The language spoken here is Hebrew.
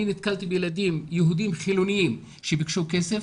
אני נתקלתי בילדים יהודים-חילוניים שביקשו כסף,